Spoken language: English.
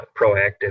proactive